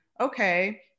okay